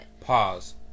Pause